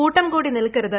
കൂട്ടം കൂടി ്നിൽക്കരുത്